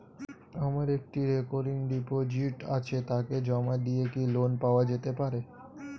আমার একটি recurring deposit আছে তাকে জমা দিয়ে কি লোন পাওয়া যেতে পারে?